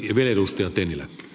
arvoisa puhemies